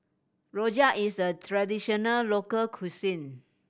rojak is a traditional local cuisine